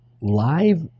live